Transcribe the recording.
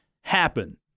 happen